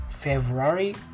February